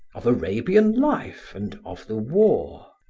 of arabian life, and of the war.